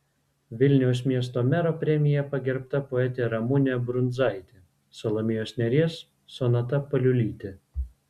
vilniaus miesto mero premija pagerbta poetė ramunė brundzaitė salomėjos nėries sonata paliulytė